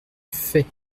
fait